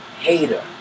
hater